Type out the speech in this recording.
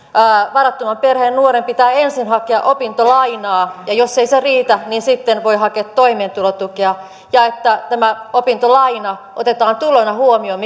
varattoman perheen nuoren pitää ensin hakea opintolainaa ja jos ei se riitä niin sitten voi hakea toimeentulotukea ja että tämä opintolaina otetaan tulona huomioon